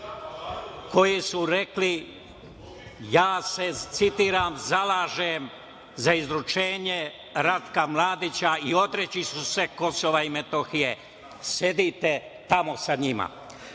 koji su rekli, citiram: „Ja se zalažem za izručenje Ratka Mladića i odreći ću se Kosova i Metohije“, sedite tamo sa njima,